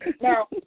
Now